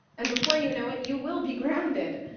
and before you know it, you will be grounded.